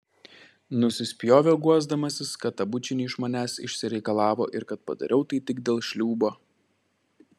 nusispjoviau guosdamasis kad tą bučinį iš manęs išsireikalavo ir kad padariau tai tik dėl šliūbo